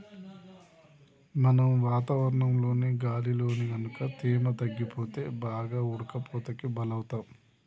మనం వాతావరణంలోని గాలిలో గనుక తేమ తగ్గిపోతే బాగా ఉడకపోతకి బలౌతాం